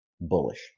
bullish